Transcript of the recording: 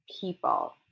people